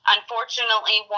Unfortunately